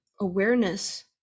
awareness